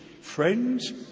Friends